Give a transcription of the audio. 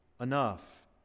enough